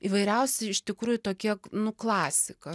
įvairiausi iš tikrųjų tokie nu klasika